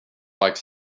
like